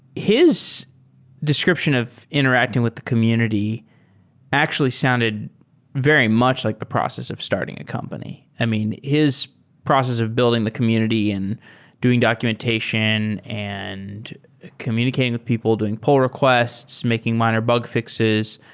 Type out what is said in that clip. his description of interacting with the community actually sounded very much like the process of starting a company. i mean, his process of building the community and doing documentation and communicating with people, doing pull requests, making minor bug fi xes.